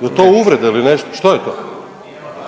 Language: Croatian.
jel to uvreda ili nešto, što je to